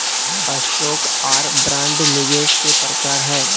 stock आर bond निवेश के प्रकार हय